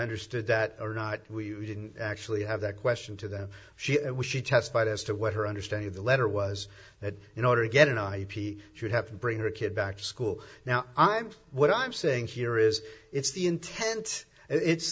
understood that or not we didn't actually have that question to them she testified as to what her understanding of the letter was that in order to get an i v should have to bring her kid back to school now i'm what i'm saying here is it's the intent it's